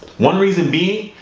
one reason being,